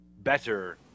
better